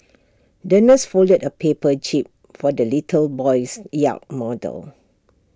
the nurse folded A paper jib for the little boy's yacht model